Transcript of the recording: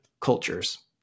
cultures